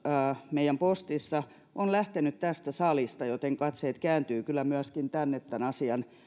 meidän postissa on lähtenyt tästä salista joten katseet kääntyvät kyllä myöskin tänne tämän asian